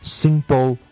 simple